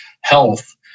health